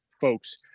folks